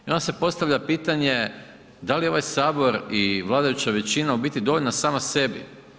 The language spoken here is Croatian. I onda se postavlja pitanje da li je ovaj Sabor i vladajuća većina u biti dovoljna sama sebi?